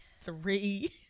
Three